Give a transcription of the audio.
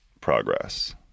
progress